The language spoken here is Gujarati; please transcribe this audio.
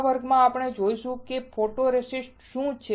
આ વર્ગમાં આપણે જોઈશું કે ફોટોરેસિસ્ટ શું છે